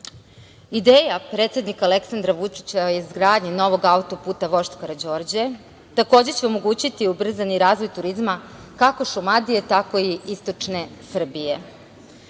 Vir. Ideja predsednika Aleksandra Vučića o izgradnji novog autoputa „Vožd Karađorđe“ takođe će omogućiti ubrzani razvoj turizma kako Šumadije tako i istočne Srbije.U